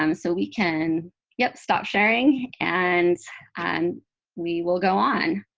um so we can yeah stop sharing and and we will go on.